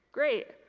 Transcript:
great,